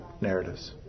narratives